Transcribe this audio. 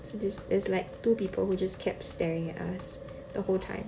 so this is like two people who just kept staring at us the whole time